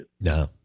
No